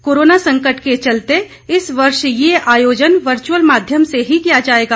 corona संकट के चलते इस वर्ष ये आयोजन वर्चुअल माध्यम से ही किया जाएगा